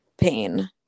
pain